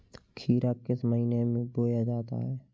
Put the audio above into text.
खीरा किस महीने में बोया जाता है?